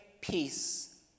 peace